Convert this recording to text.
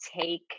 take